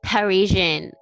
Parisian